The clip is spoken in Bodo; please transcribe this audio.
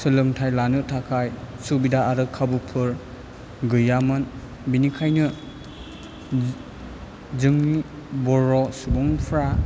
सोलोंथाइ लानो थाखाय सुबिदा आरो खाबुफोर गैयामोन बेनिखायनो जोंनि बर' सुबुंफ्रा